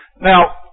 Now